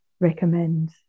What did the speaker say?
recommend